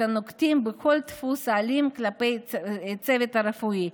הנוקטים כל דפוס אלים כלפי הצוות הרפואי,